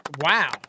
Wow